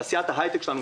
תעשיית ההיי-טק שלנו,